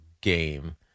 game